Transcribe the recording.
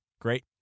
Great